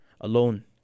alone